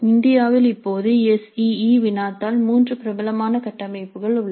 இந்தியாவில் இப்போது S E E வினாத்தாள் 3 பிரபலமான கட்டமைப்புகள் உள்ளன